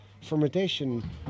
fermentation